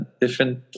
different